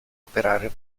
operare